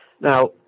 Now